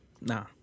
Nah